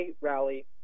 rally